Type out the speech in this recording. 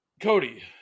Cody